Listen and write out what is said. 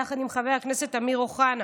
יחד עם חבר הכנסת אמיר אוחנה.